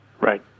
Right